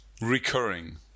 recurring